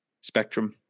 spectrum